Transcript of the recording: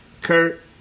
Kurt